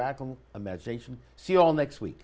radical imagination see you all next week